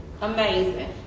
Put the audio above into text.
amazing